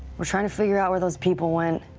we're trying to figure out where those people went.